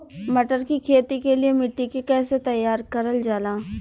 मटर की खेती के लिए मिट्टी के कैसे तैयार करल जाला?